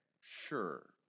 Sure